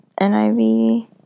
NIV